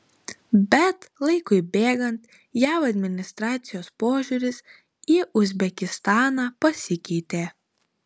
bet laikui bėgant jav administracijos požiūris į uzbekistaną pasikeitė